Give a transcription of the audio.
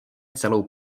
celou